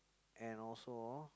and also